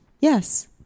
yes